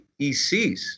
ECs